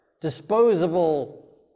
Disposable